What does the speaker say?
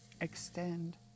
extend